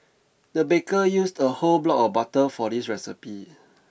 the baker used a whole block of butter for this recipe